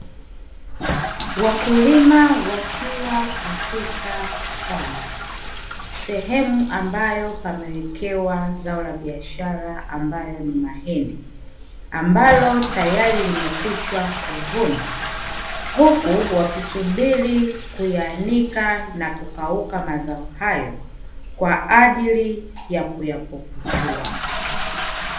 Wakulima wakiwa katika shamba sehemu ambayo pamewekewa zao la biashara ambayo ni mahindi, ambalo tayari limekwisha kuvunwa; huku wakisubiri kuyaanika na kukauka mazao hayo kwa ajili ya kuyapukuchua.